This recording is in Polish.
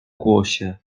głosie